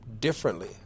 Differently